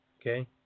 okay